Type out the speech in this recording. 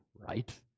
right